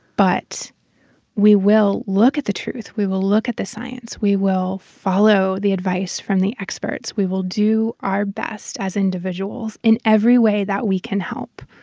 but we will look at the truth. we will look at the science. we will follow the advice from the experts. we will do our best as individuals in every way that we can help,